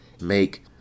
make